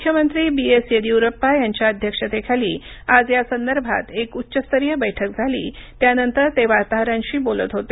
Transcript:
मुख्यमंत्री B S Yeddyurappa यांच्या अध्यक्षतेखाली आज या संदर्भात एक उच्चस्तरीय बैठक झाली त्यानंतर ते वार्ताहरांशी बोलत होते